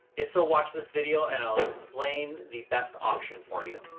if so, watch this video and i'll explain the best option for you.